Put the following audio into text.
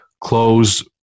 close